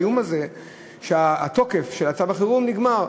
זה רק בגלל האיום הזה שהתוקף של צו החירום נגמר.